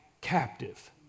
captive